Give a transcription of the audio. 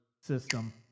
system